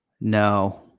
No